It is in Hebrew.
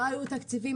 לא היו תקציבים.